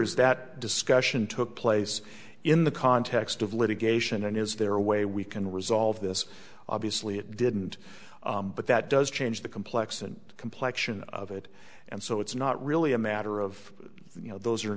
is that discussion took place in the context of litigation is there a way we can resolve this obviously it didn't but that does change the complex and complection of it and so it's not really a matter of you know those are